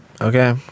Okay